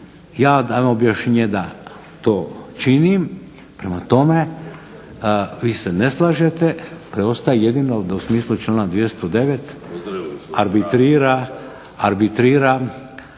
ja dajem objašnjenje da to činim, prema tome, vi se ne slažete, preostaje jedino da u smislu članka 209. arbitrira također